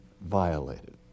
violated